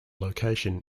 location